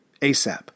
ASAP